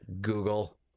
Google